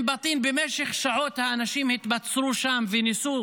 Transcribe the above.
באום בטין במשך שעות האנשים התבצרו שם וניסו